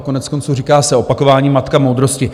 Koneckonců říká se opakování matka moudrosti.